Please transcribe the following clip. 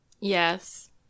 Yes